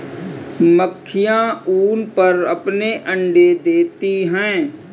मक्खियाँ ऊन पर अपने अंडे देती हैं